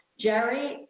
Jerry